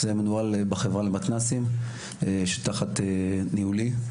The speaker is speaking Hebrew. הוצאנו נוהל בחברה למתנ"סים שתחת ניהולי,